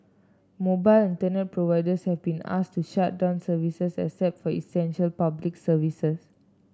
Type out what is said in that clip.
mobile Internet providers have been asked to shut down service except for essential Public Services